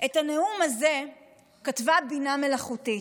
את הנאום הזה כתבה בינה מלאכותית.